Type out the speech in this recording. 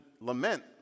lament